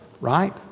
right